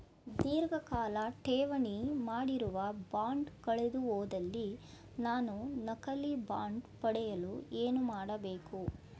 ಧೀರ್ಘಕಾಲ ಠೇವಣಿ ಮಾಡಿರುವ ಬಾಂಡ್ ಕಳೆದುಹೋದಲ್ಲಿ ನಾನು ನಕಲಿ ಬಾಂಡ್ ಪಡೆಯಲು ಏನು ಮಾಡಬೇಕು?